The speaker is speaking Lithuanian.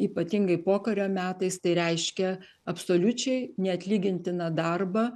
ypatingai pokario metais tai reiškė absoliučiai neatlygintiną darbą